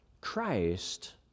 Christ